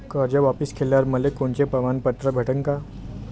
कर्ज वापिस केल्यावर मले कोनचे प्रमाणपत्र भेटन का?